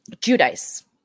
Judice